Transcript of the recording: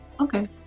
Okay